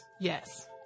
Yes